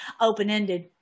open-ended